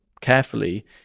carefully